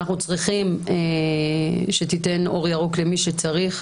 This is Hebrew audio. אנחנו צריכים שתתן אור ירוק למי שצריך,